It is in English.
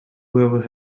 whoever